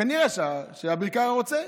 כנראה שאביר קארה רוצה.